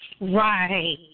Right